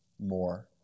More